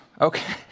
okay